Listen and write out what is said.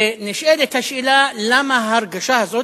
ונשאלת השאלה למה ההרגשה הזאת.